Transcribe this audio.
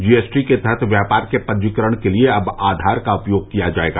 GST के तहत व्यापार के पंजीकरण के लिए अब आधार का उपयोग किया जाएगा